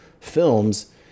films